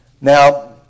Now